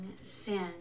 sin